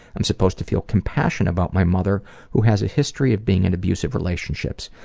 i'm supposed to feel compassion about my mother who has a history of being in abusive relationships,